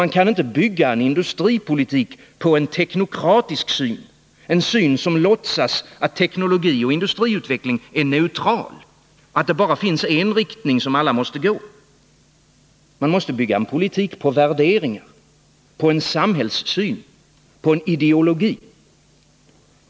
Man kan inte bygga en industripolitik på en teknokratisk syn, en syn som låtsas att teknologi och industriutveckling är neutrala, att det bara finns en riktning som alla måste gå. Man måste bygga en politik på värderingar, på en samhällssyn, på en ideologi.